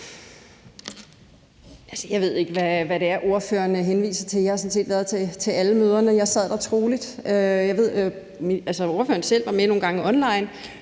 Jeg ved ikke, hvad det er, ordføreren henviser til. Jeg har sådan set været til alle møderne. Jeg sad der troligt. Altså, ordføreren var selv med online